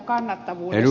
arvoisa puhemies